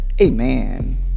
Amen